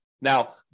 Now